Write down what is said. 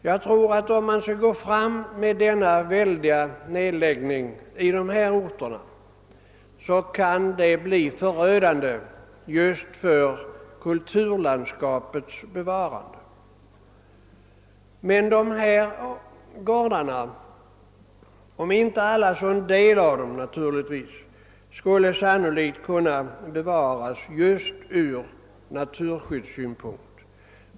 Jag tror att om man skulle gå fram med denna väldiga nedläggning i dessa orter, så kan det bli förödande just för kulturlandskapets bevarande. Dessa gårdar — om inte alla så åtminstone en del av dem — skulle sannolikt kunna bevaras ur naturskyddssynpunkt.